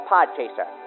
Podchaser